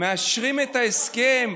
מאשרים את ההסכם,